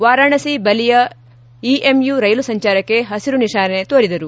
Varanasi Ballia EMU ರೈಲು ಸಂಚಾರಕ್ಕೆ ಹಸಿರು ನಿಶಾನೆ ತೋರಿದರು